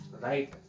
Right